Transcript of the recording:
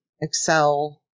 Excel